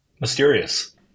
mysterious